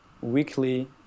weekly